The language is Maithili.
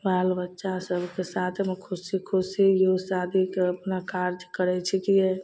बाल बच्चा सभके साथमे खुशी खुशी शादीके अपना कार्ज करैत छिकै